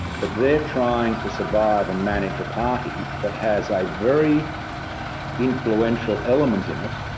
but they're trying to survive and manage a party that has a very influential element in it,